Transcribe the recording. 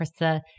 Krista